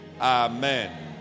Amen